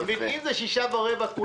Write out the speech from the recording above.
האם זה 6.25%?